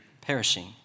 perishing